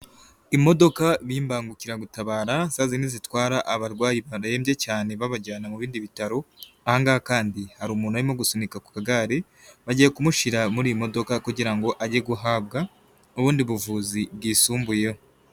Imodoka y'imbangukiragutabara za zindi zitwara abarwayi barembye cyane babajyana mu bindi bitaro, aha ngaha kandi hari umuntu arimo gusunika ku kagare bagiye kumushyira mu modoka kugira ngo ajye guhabwa ubundi buvuzi bwisumbuyeho.